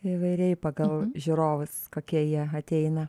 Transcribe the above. įvairiai pagal žiūrovus kokie jie ateina